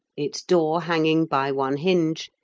its door hanging by one hinge,